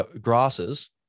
grasses